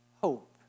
hope